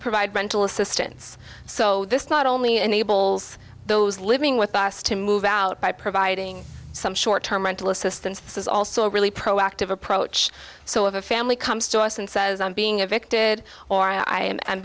provide rental assistance so this not only enables those living with us to move out by providing some short term rental assistance this is also a really proactive approach so if a family comes to us and says i'm being evicted or i